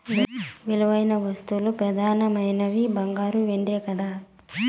విలువైన వస్తువుల్ల పెదానమైనవి బంగారు, ఎండే కదా